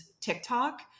TikTok